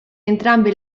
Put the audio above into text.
entrambe